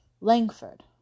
Langford